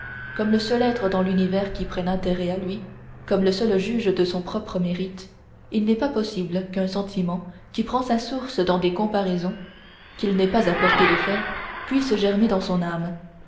comme le seul être dans l'univers qui prenne intérêt à lui comme le seul juge de son propre mérite il n'est pas possible qu'un sentiment qui prend sa source dans des comparaisons qu'il n'est pas à portée de faire puisse germer dans son âme